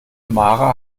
mara